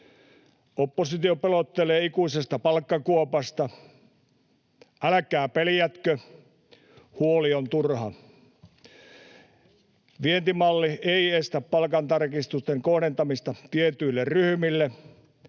Oppositio pelottelee ikuisesta palkkakuopasta. Älkää peljätkö, huoli on turha. Vientimalli ei estä palkantarkistusten kohdentamista tietyille ryhmille.